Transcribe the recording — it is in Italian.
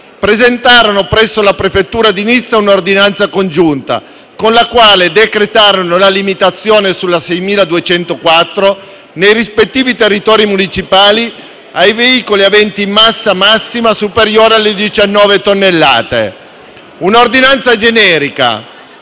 presentarono presso la prefettura di Nizza un'ordinanza congiunta, con la quale decretarono la limitazione sulla strada 6204 nei rispettivi territori municipali ai veicoli aventi massa massima superiore alle 19 tonnellate. Un'ordinanza generica,